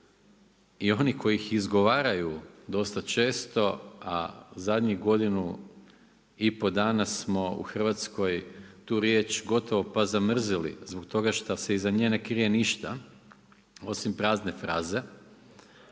i oni koji ih izgovaraju dosta često a zadnjih godinu i pol dana smo u Hrvatskoj tu riječ gotovo pa zamrzili zbog toga šta se iza nje ne krije ništa osim prazne fraze.